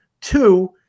Two